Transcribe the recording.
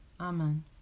Amen